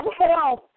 health